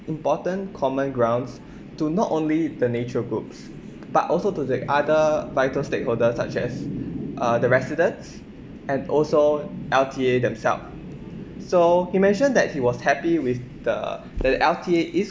important common grounds to not only the nature groups but also to the other vital stakeholders such as uh the residents and also L_T_A themselves so he mentioned that he was happy with the that the L_T_A is